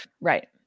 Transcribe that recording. right